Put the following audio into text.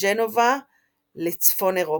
מג'נובה לצפון אירופה.